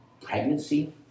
pregnancy